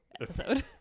episode